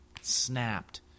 snapped